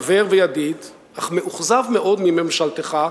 חבר וידיד אך מאוכזב מאוד מממשלתך,